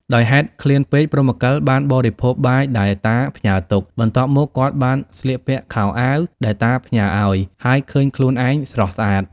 ដោយហេតុឃ្លានពេកព្រហ្មកិលបានបរិភោគបាយដែលតាផ្ញើទុក បន្ទាប់មក គាត់បានស្លៀកពាក់ខោអាវដែលតាផ្ញើឱ្យ ហើយឃើញខ្លួនឯងស្រស់ស្អាត ។